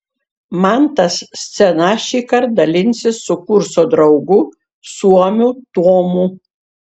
mantas scena šįkart dalinsis su kurso draugu suomiu tuomu